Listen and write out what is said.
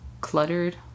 cluttered